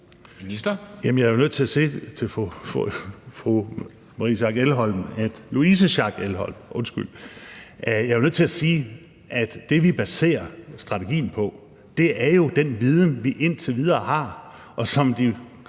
det, vi baserer strategien på, jo er den viden, vi indtil videre har,